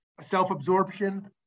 self-absorption